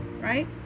right